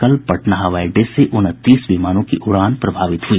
कल पटना हवाई अड्डे से उनतीस विमानों की उड़ान प्रभावित हुई